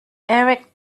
eric